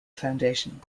foundation